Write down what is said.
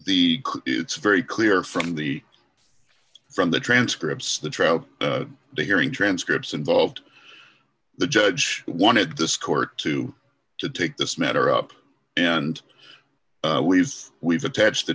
the it's very clear from the from the transcripts the trial to hearing transcripts involved the judge wanted this court to to take this matter up and we've we've attached the